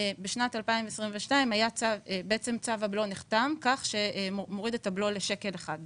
בשנת 2022 צו הבלו נחתם כך שהוא מוריד את הבלו לשקל אחד,